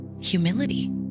humility